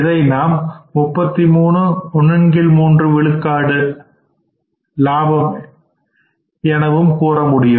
இதை நாம் 33 13 விழுக்காடு லாபத்தில் லாபம் என கூறமுடியும்